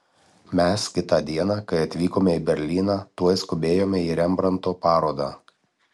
mes kitą dieną kai atvykome į berlyną tuoj skubėjome į rembrandto parodą